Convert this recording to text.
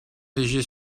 léger